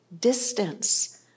distance